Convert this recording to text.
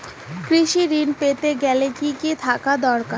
কৃষিঋণ পেতে গেলে কি কি থাকা দরকার?